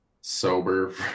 sober